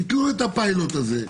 ביטלו את הפילוט הזה.